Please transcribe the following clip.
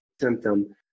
symptom